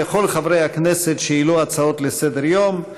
לכל חברי הכנסת שהעלו הצעות לסדר-היום.